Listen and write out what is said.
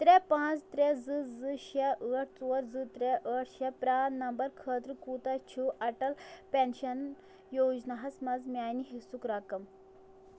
ترٛےٚ پانٛژھ ترٛےٚ زٕ زٕ شےٚ ٲٹھ ژور زٕ ترٛےٚ ٲٹھ شےٚ پرٛان نمبر خٲطرٕ کوٗتاہ چھُ اَٹَل پٮ۪نشَن یوجناہَس مَنٛز میٛانہِ حصُک رقم